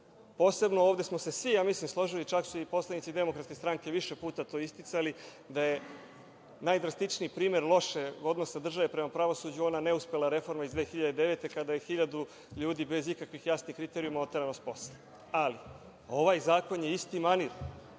Posebno, ovde smo se svi složili, čak su i poslanici DS to više puta isticali, da je najdrastičniji primer lošeg odnosa države prema pravosuđu ona neuspela reforma iz 2009. godine, kada je 1.000 ljudi bez ikakvih jasnih kriterijuma oterano s posla. Ali, ovaj zakon je isti manir.